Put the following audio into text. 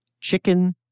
Chicken